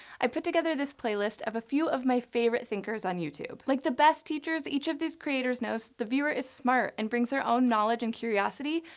i put together this playlist of a few of my favorite thinkers on youtube. like the best teachers, each of these creators knows the viewer is smart and brings their own knowledge and curiosity,